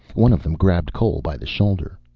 one of them grabbed cole by the shoulder.